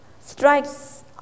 strikes